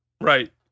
right